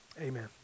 Amen